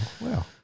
wow